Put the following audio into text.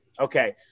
okay